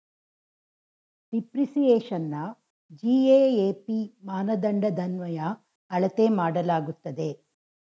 ಡಿಪ್ರಿಸಿಯೇಶನ್ನ GAAP ಮಾನದಂಡದನ್ವಯ ಅಳತೆ ಮಾಡಲಾಗುತ್ತದೆ